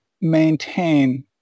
maintain